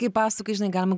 kai pasakoji žinai galima